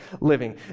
living